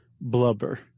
blubber